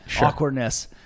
awkwardness